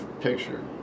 picture